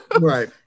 right